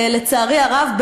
לצערי הרב,